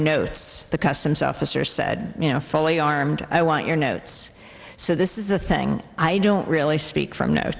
notes the customs officer said you know fully armed i want your notes so this is the thing i don't really speak